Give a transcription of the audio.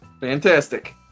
Fantastic